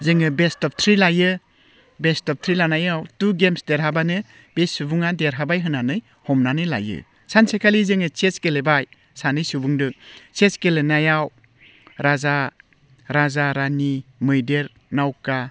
जोंनियाव best of three लायो best of three लानायाव टु गेमस देरहाबानो बे सुबुङा देरहाबाय होननानै हमनानै लायो सानसेखालि जोंङो चेस गेलेबाय सानै सुबुंदों चेस गेलेनायाव राजा राजा रानि मैदेर नावखा